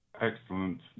Excellent